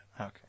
Okay